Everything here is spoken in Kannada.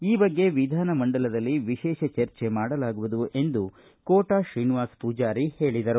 ಈ ಬಗ್ಗೆ ವಿಧಾನಮಂಡಲದಲ್ಲಿ ವಿಶೇಷ ಚರ್ಚೆ ಮಾಡಲಾಗುವುದು ಎಂದು ಕೋಟಾ ಶ್ರೀನಿವಾಸ್ ಪೂಜಾರಿ ಹೇಳಿದರು